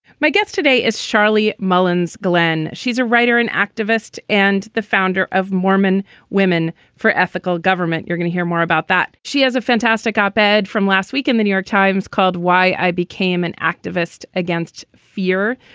my guest today is sharlee mullins, glenn. she's a writer and activist and the founder of mormon women for ethical government. you're going to hear more about that. she has a fantastic op ed from last week in the new york times called why i became an activist against fear.